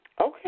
Okay